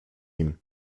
nim